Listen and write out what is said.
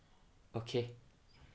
okay